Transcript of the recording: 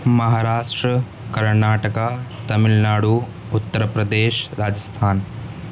Maharashtra Karnataka Tamil Nadu Uttar Pradesh Rajasthan